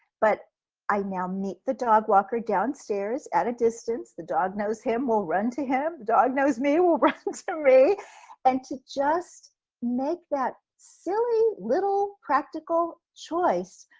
but i now meet the dog walker downstairs at a distance the dog knows him, will run to him, dog knows me will run to me and to just make that silly little practical choice,